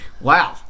Wow